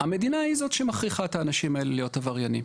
אז המדינה היא זאת שמכריחה את האנשים האלה להיות עבריינים,